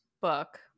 book